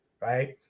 right